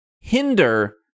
hinder